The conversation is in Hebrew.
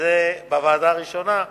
וזה בוועדה הראשונה,